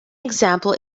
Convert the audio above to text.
example